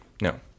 No